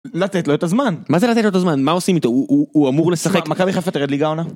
לתת לו את הזמן מה זה לתת לו את הזמן מה עושים איתו הוא אמור לשחק מכבי חיפה תרד ליגה העונה.